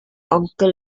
uncle